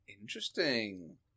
Interesting